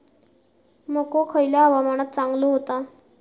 मको खयल्या हवामानात चांगलो होता?